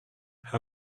how